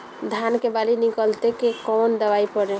धान के बाली निकलते के कवन दवाई पढ़े?